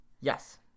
yes